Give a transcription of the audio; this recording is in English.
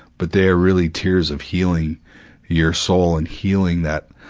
but they are really tears of healing your soul and healing that,